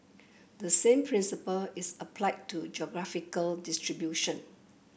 the same principle is applied to geographical distribution